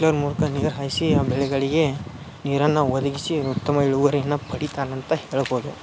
sprinkler ಮೂಲಕ ನೀರು ಹಾಯಿಸಿ ಆ ಬೆಳೆಗಳಿಗೆ ನೀರನ್ನು ಒದಗಿಸಿ ಉತ್ತಮ ಇಳುವರಿಯನ್ನು ಪಡಿತಾರಂತ ಹೇಳ್ಬೋದು